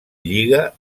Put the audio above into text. lliga